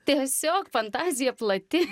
tiesiog fantazija plati